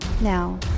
Now